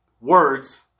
words